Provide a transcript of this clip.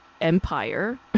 empire